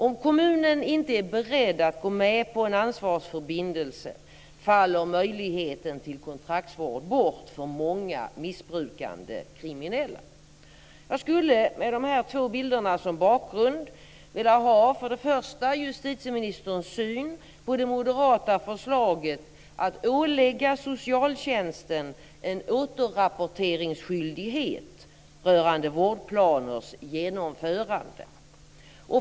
Om kommunen inte är beredd att gå med på en ansvarsförbindelse faller möjligheten till kontraktsvård bort för många missbrukande kriminella. Jag skulle med de här två bilderna som bakgrund för det första vilja ha justitieministerns syn på det moderata förslaget att ålägga socialtjänsten en återrapporteringsskyldighet rörande vårdplaners genomförande.